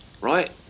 right